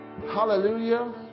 Hallelujah